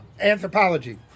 anthropology